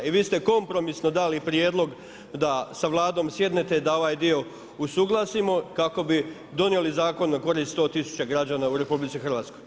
I vi ste kompromisno dali prijedlog da sa Vladom sjednete da ovaj dio usuglasimo kako bi donijeli zakon, na korist 100000 građana u RH.